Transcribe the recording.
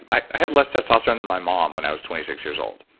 i had less testosterone than my mom when i was twenty six years old.